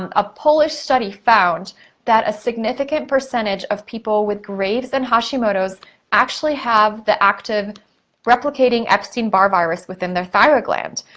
um a polish study found that a significant percentage of people with grave's and hashimoto's actually have the active replicating epstein-barr virus within their thyroid gland.